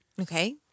Okay